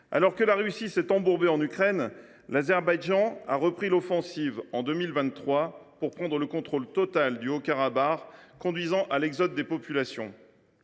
Alors que la Russie s’est embourbée en Ukraine, l’Azerbaïdjan a repris l’offensive en 2023 pour prendre le contrôle total du Haut Karabagh, conduisant à l’exode des populations.